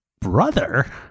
brother